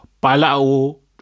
bilateral